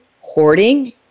hoarding